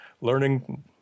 learning